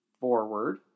forward